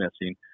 missing